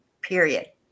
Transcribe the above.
period